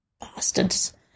bastards